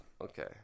Okay